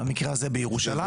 במקרה הזה בירושלים,